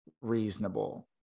reasonable